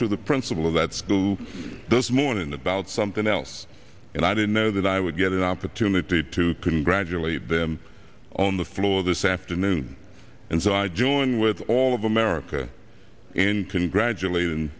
to the principal of that school this morning about something else and i didn't know that i would get an opportunity to congratulate them on the floor this afternoon and so i join with all of america and congratulate in